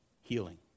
healing